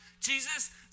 Jesus